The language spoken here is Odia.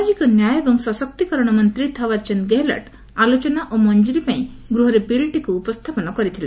ସାମାଜିକ ନ୍ୟାୟ ଏବଂ ସଶକ୍ତିକରଣ ମନ୍ତ୍ରୀ ଥାଓ୍ପରଚନ୍ଦ୍ର ଗେହେଲୋଟ୍ ଆଲୋଚନା ଓ ମଞ୍ଜୁରୀ ପାଇଁ ଗୃହରେ ବିଲ୍ଟିକୁ ଉପସ୍ଥାପନ କରିଥିଲେ